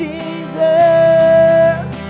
Jesus